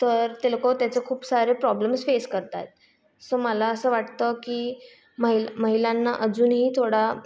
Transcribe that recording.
तर ते लोकं त्याचे खूप सारे प्रॉब्लेम्स फेस करत आहेत सो मला असं वाटतं की महि महिलांना अजूनही थोडा